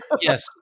Yes